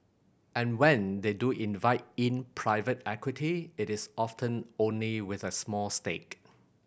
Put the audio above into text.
and when they do invite in private equity it is often only with a small stake